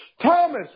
Thomas